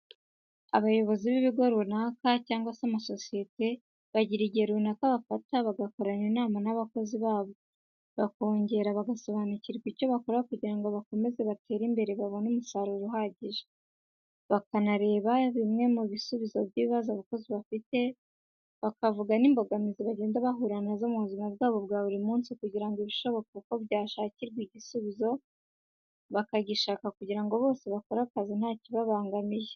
Abayobozi b'ibigo runaka cyangwa se amasosiyete bagira igihe runaka bafata bagakorana inama n'abakozi babo, bakongera bagasobanurirwa icyo bakora kugira ngo bakomeze batere imbere babone umusaruro uhagije, hakareberwa hamwe ibisubizo by'ibibazo abakozi bafite bakavuga n'imbogamizi bagenda bahura nazo mu buzima bwabo bwa buri munsi, kugira ngo ibishoboka ko byashakirwa igisubizo bakagishaka kugira ngo bose bakore akazi ntakibabangamiye.